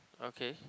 okay